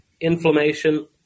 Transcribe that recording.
inflammation